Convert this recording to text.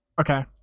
Okay